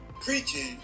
preaching